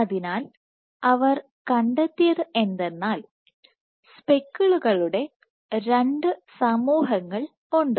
അതിനാൽ അവർ കണ്ടെത്തിയത് എന്തെന്നാൽ സ്പെക്കിളുകളുടെ രണ്ടു സമൂഹങ്ങൾ ഉണ്ട്